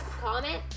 Comment